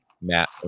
matt